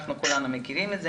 כולנו מכירים את זה.